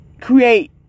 create